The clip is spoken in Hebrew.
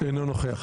אינו נוכח.